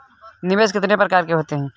निवेश कितने प्रकार के होते हैं?